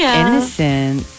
innocent